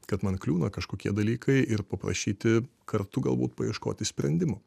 kad man kliūna kažkokie dalykai ir paprašyti kartu galbūt paieškoti sprendimų